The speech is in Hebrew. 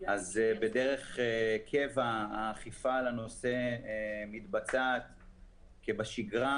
בדרך קבע האכיפה את הנושא מתבצעת בשגרה,